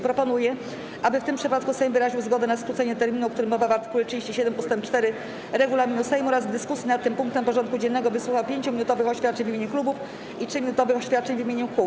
Proponuję, aby w tym przypadku Sejm wyraził zgodę na skrócenie terminu, o którym mowa w art. 37 ust. 4 regulaminu Sejmu, oraz w dyskusji nad tym punktem porządku dziennego wysłuchał 5-minutowych oświadczeń w imieniu klubów i 3-minutowych oświadczeń w imieniu kół.